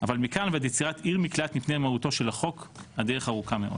אבל מכאן ועד יצירת עיר מקלט מפני מהותו של החוק הדרך ארוכה מאוד.